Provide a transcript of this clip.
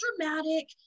dramatic